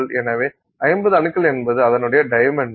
எனவே 50 அணுக்கள் என்பது அதனுடைய டைமென்ஷன்ஸ்